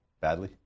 Badly